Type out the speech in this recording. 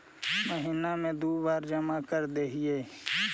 महिना मे दु बार जमा करदेहिय?